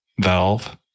valve